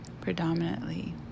predominantly